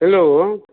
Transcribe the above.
hello